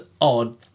odd